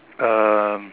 um